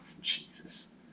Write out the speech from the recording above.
Jesus